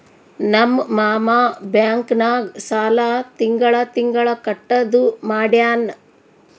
ನಮ್ ಮಾಮಾ ಬ್ಯಾಂಕ್ ನಾಗ್ ಸಾಲ ತಿಂಗಳಾ ತಿಂಗಳಾ ಕಟ್ಟದು ಮಾಡ್ಯಾನ್